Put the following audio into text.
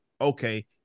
Okay